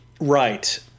Right